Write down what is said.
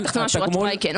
שורה תחתונה, התשובה היא כן.